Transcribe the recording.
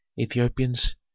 ethiopians